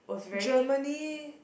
Germany